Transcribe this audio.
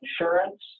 insurance